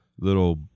little